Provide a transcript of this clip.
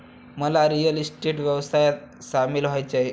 मला real estate व्यवसायात सामील व्हायचे आहे